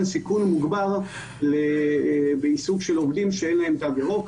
סיכון מוגבה בעיסוק של עובדים שאין להם תו ירוק.